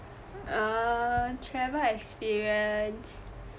err travel experience